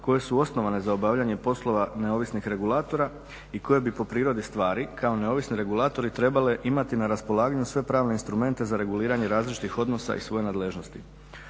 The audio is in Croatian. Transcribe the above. koje su osnovane za obavljanje poslova neovisnih regulatora i koje bi po prirodi stvari kao neovisni regulatori trebale imati na raspolaganju sve pravne instrumente za reguliranje različitih odnosa iz svoje nadležnosti.